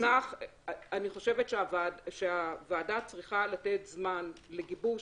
אני חושבת שהוועדה צריכה לתת זמן לגיבוש